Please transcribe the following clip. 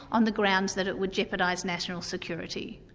on the grounds that it would jeopardise national security.